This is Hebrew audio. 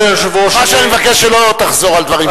מה שאני מבקש, שלא תחזור על דברים שאמרו.